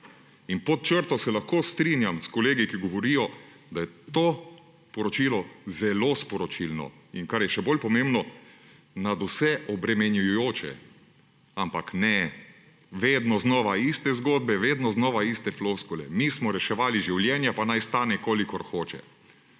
Pod črto se lahko strinjam s kolegi, ki govorijo, da je to poročilo zelo sporočilno, in kar je še bolj pomembno, nadvse obremenjujoče. Ampak ne, vedno znova iste zgodbe, vedno znova iste floskule: mi smo reševali življenja, pa naj stane, kolikor hoče.